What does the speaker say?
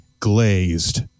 Glazed